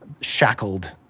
shackled